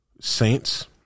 Saints